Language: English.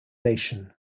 nation